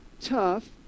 tough